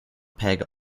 peg